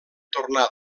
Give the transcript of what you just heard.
tornar